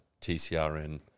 TCRN